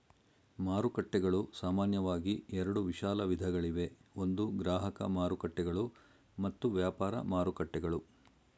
ಮಾರುಕಟ್ಟೆಗಳು ಸಾಮಾನ್ಯವಾಗಿ ಎರಡು ವಿಶಾಲ ವಿಧಗಳಿವೆ ಒಂದು ಗ್ರಾಹಕ ಮಾರುಕಟ್ಟೆಗಳು ಮತ್ತು ವ್ಯಾಪಾರ ಮಾರುಕಟ್ಟೆಗಳು